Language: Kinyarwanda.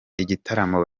igitaramo